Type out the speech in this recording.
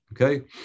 Okay